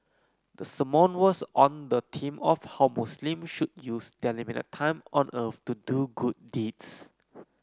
the sermon was on the theme of how Muslims should use their limited time on earth to do good deeds